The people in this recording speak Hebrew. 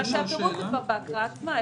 הפירוט הוא כבר בהקראה עצמה.